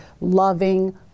loving